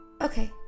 okay